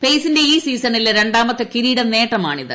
പേസിന്റെ ഈ സീസണിലെ രണ്ടാമത്തെ കിരീട നേട്ടമാണിത്